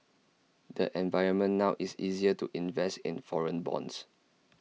the environment now is easier to invest in foreign bonds